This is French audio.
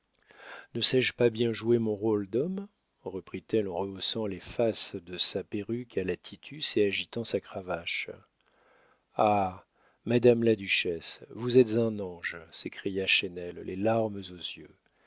ne sais-je pas bien jouer mon rôle d'homme reprit-elle en rehaussant les faces de sa perruque à la titus et agitant sa cravache ah madame la duchesse vous êtes un ange s'écria chesnel les larmes aux yeux